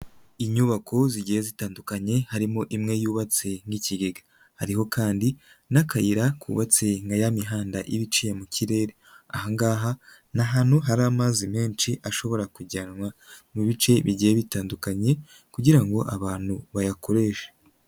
Inyubako zigiye zitandukanye harimo imwe yubatse nk'ikigega. Hariho kandi n'akayira kubatse nka ya mihanda iba iciye mu kirere. Aha ngaha ni ahantu hari amazi menshi ashobora kujyanwa mu bice bigiye bitandukanye kugira ngo abantu bayakoreshe.